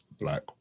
black